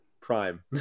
prime